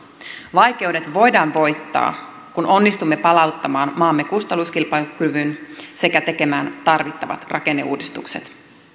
vaikeudet voidaan voittaa kun onnistumme palauttamaan maamme kustannuskilpailukyvyn sekä tekemään tarvittavat rakenneuudistukset